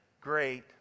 great